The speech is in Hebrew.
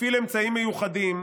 הפעיל אמצעים מיוחדים,